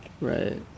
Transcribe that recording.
right